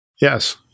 Yes